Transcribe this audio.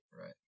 right